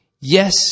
Yes